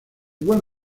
igual